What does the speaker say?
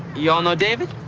y'all know david?